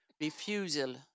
refusal